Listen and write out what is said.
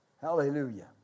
Hallelujah